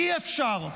אי-אפשר,